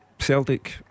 Celtic